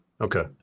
Okay